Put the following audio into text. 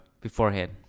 beforehand